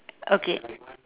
okay